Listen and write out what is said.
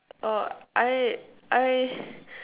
oh I I